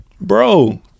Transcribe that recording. Bro